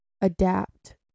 adapt